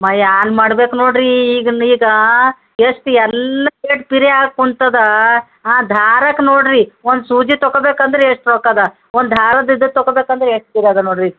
ಮ್ ಏನ್ ಮಾಡ್ಬೇಕು ನೋಡಿರಿ ಈಗಿಂದೀಗ ಎಷ್ಟು ಎಲ್ಲಕ್ಕೆ ರೇಟ್ ಪಿರೆಯಾಗಿ ಕುಂತದ ಹಾಂ ದಾರಕ್ಕೆ ನೋಡಿರಿ ಒಂದು ಸೂಜಿ ತಕೋಬೇಕಂದ್ರೆ ಎಷ್ಟು ರೊಕ್ಕ ಅದ ಒಂದು ದಾರದ ಇದು ತಕೋಬೇಕಂದ್ರೆ ಎಷ್ಟು ಪಿರೆ ಅದ ನೋಡಿರಿ